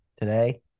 today